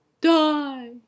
die